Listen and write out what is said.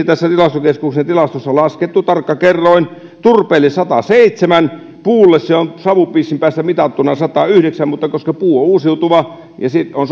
tässä tilastokeskuksen tilastossa laskettu tarkka kerroin on viisikymmentäviisi turpeelle sataseitsemän puulle se on savupiisin päästä mitattuna satayhdeksän mutta koska puu on uusiutuva on